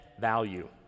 value